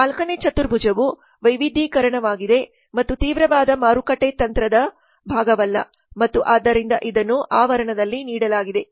4 ನೇ ಚತುರ್ಭುಜವು ವೈವಿಧ್ಯೀಕರಣವಾಗಿದೆ ಮತ್ತು ತೀವ್ರವಾದ ಮಾರುಕಟ್ಟೆ ತಂತ್ರದ ಭಾಗವಲ್ಲ ಮತ್ತು ಆದ್ದರಿಂದ ಇದನ್ನು ಆವರಣದಲ್ಲಿ ನೀಡಲಾಗಿದೆ